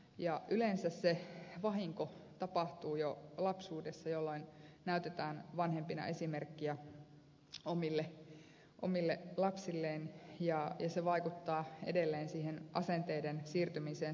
yleensä se vahinko tapahtuu jo lapsuudessa jolloin näytetään vanhempina esimerkkiä omille lapsille ja se vaikuttaa edelleen siihen asenteiden siirtymiseen sukupolvelta toiselle